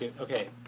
Okay